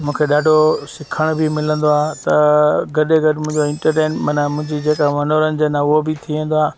मूंखे ॾाढो सिखण बि मिलंदो आहे त गॾु गॾु मुंहिंजो इंटरटेन मन मुंहिंजी जेका मनोरंजन आहे उहा बि थी वेंदो आहे